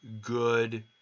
good